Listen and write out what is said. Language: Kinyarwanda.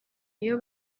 iyo